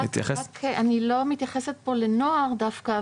אני לא מתייחסת פה לנוער דווקא,